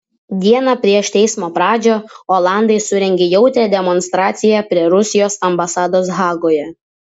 dieną prieš teismo pradžią olandai surengė jautrią demonstraciją prie rusijos ambasados hagoje